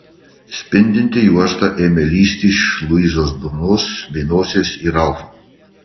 spindinti juosta ėmė lįsti iš luizos burnos bei nosies į ralfą